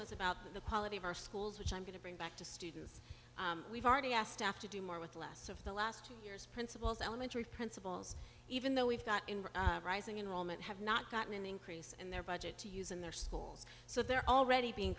was about the quality of our schools which i'm going to bring back to students we've already asked after do more with less of the last two years principals elementary principals even though we've got rising in rome and have not gotten an increase in their budget to use in their schools so they're already being